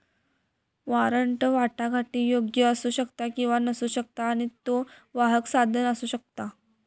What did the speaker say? warrant वाटाघाटीयोग्य असू शकता किंवा नसू शकता आणि त्यो वाहक साधन असू शकता